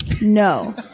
No